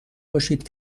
باشید